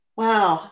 wow